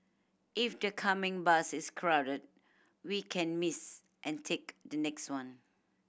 if the coming bus is crowded we can miss and take the next one